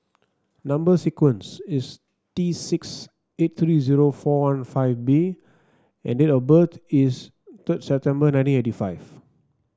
number sequence is T six eight three zero four one five B and date of birth is third September nineteen eighty five